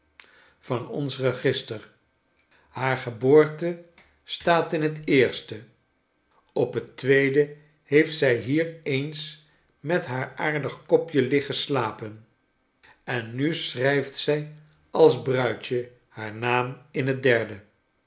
van ons register haar geboorte staat in het eerste op het tweede heeft zij hier eens met haar aardig kopje liggen slapen en nu schrijft zij als bruidje haar naam in het derde